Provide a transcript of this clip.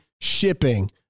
shipping